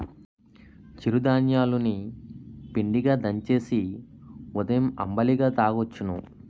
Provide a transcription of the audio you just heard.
చిరు ధాన్యాలు ని పిండిగా దంచేసి ఉదయం అంబలిగా తాగొచ్చును